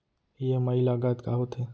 EMI लागत का होथे?